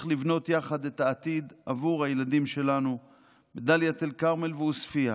לבנות יחד את העתיד עבור הילדים שלנו בדאלית אל-כרמל ועוספיא,